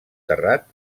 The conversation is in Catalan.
terrat